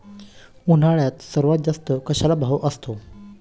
उन्हाळ्यात सर्वात जास्त कशाला भाव असतो?